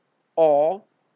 or